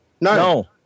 No